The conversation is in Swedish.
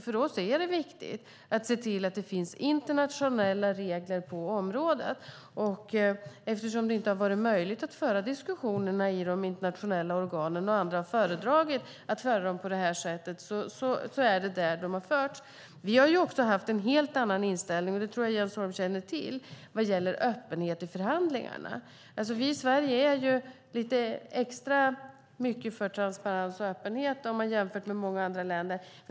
För oss är det viktigt att det finns internationella regler på området. Eftersom det inte har varit möjligt att föra diskussionerna i de internationella organen och andra har föredragit att föra dem på det här sättet är det där de har förts. Vi har också haft en helt annan inställning vad gäller öppenhet i förhandlingarna. Vi i Sverige är extra mycket för öppenhet och transparens jämfört med många andra länder.